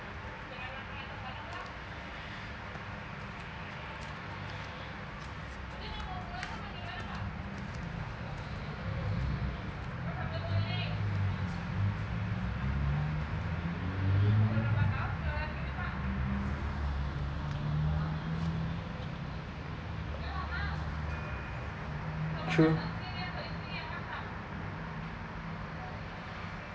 true